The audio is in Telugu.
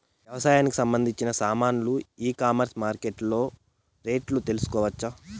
వ్యవసాయానికి సంబంధించిన సామాన్లు ఈ కామర్స్ మార్కెటింగ్ లో రేట్లు తెలుసుకోవచ్చా?